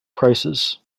prices